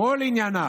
כל עניינה